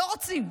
לא רוצים.